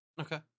Okay